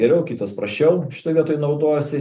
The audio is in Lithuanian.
geriau kitos prasčiau šitoj vietoj naudojasi